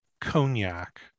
cognac